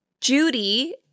Judy